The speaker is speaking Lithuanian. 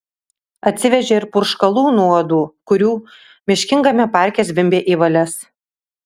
atsivežė ir purškalų nuo uodų kurių miškingame parke zvimbė į valias